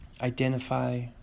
identify